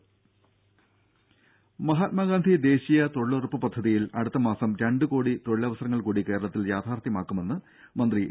രംഭ മഹാത്മാഗാന്ധി ദേശീയ തൊഴിലുറപ്പ് പദ്ധതിയിൽ അടുത്തമാസം രണ്ടു കോടി തൊഴിലവസരങ്ങൾ കൂടി കേരളത്തിൽ യാഥാർത്ഥ്യമാകുമെന്ന് മന്ത്രി എ